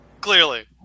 Clearly